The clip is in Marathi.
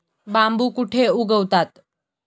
बांबू कुठे उगवतात?